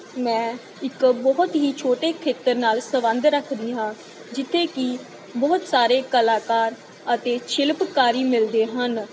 ਮੈਂ ਇੱਕ ਬਹੁਤ ਹੀ ਛੋਟੇ ਖੇਤਰ ਨਾਲ ਸੰਬੰਧ ਰੱਖਦੀ ਹਾਂ ਜਿੱਥੇ ਕਿ ਬਹੁਤ ਸਾਰੇ ਕਲਾਕਾਰ ਅਤੇ ਸ਼ਿਲਪਕਾਰੀ ਮਿਲਦੇ ਹਨ